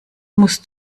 musst